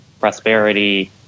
prosperity